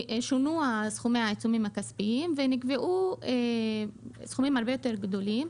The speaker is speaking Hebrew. שונו סכומי העיצום הכספי ונקבעו סכומים הרבה יותר גדולים,